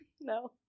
No